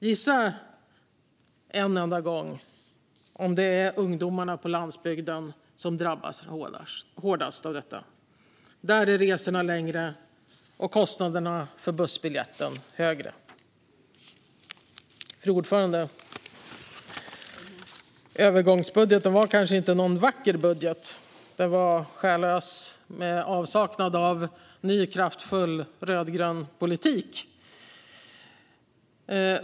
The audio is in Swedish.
Gissa en enda gång om det är ungdomarna på landsbygden som drabbas hårdast av detta! Där är resorna längre, och kostnaderna för bussbiljetten högre. Fru talman! Övergångsbudgeten var kanske inte någon vacker budget. Den var själlös och i avsaknad av en ny kraftfull rödgrön politik.